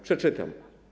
Przeczytam.